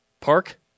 Park